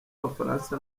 abafaransa